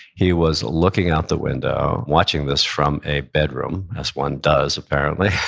he was looking out the window watching this from a bedroom, as one does apparently.